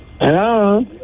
hello